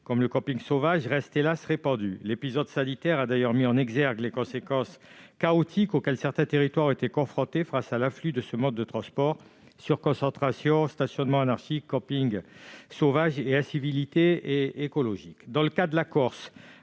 comme le camping sauvage, reste, hélas, répandue. La crise sanitaire a d'ailleurs mis en exergue les conséquences chaotiques auxquelles certains territoires ont été confrontés face à l'afflux de ce mode de transport : sur-concentration, stationnement anarchique, camping sauvage, incivilités écologiques, etc. Dans le cas de la Corse,